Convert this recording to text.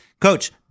Coach